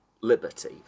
liberty